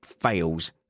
fails